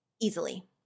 easily